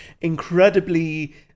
incredibly